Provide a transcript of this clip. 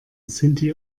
sinti